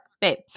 babe